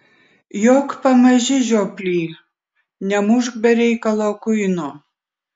jok pamaži žioply nemušk be reikalo kuino